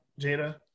Jada